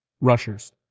Rushers